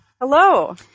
Hello